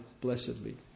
blessedly